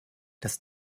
das